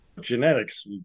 genetics